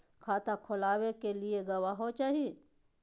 खाता खोलाबे के लिए गवाहों चाही?